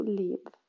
leave